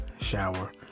shower